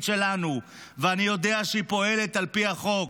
שלנו ואני יודע שהיא פועלת על פי החוק.